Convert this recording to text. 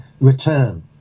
return